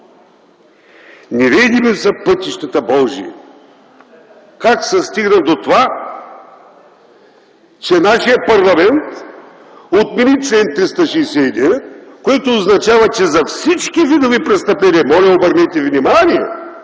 Неведоми са пътищата Божии. Как се стигна до това, че нашият парламент отмени чл. 369а, който означава, че за всички видове престъпления – моля, обърнете внимание